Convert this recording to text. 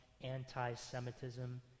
anti-Semitism